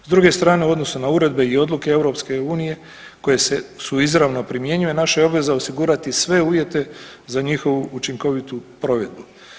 S druge strane, u odnosu na uredbe i odluke EU koje se, su izravno primjenjuje, naša je obveza osigurati sve uvjete za njihovu učinkovitu provedbu.